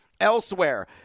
Elsewhere